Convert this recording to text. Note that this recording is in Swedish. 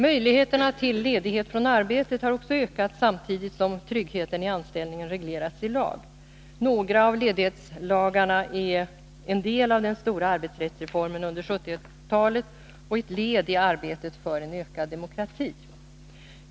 Möjligheterna till ledighet från arbetet har ökat samtidigt som tryggheten i anställningen reglerats i lag. Några av ledighetslagarna är delar av den stora arbetsrättsreformen under 1970-talet, ett led i arbetet för ökad demokrati.